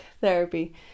therapy